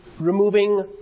removing